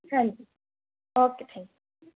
ਹਾਂਜੀ okay thank